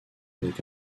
avec